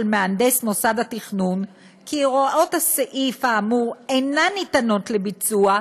מהנדס מוסד התכנון כי הוראות הסעיף האמור אינן ניתנות לביצוע,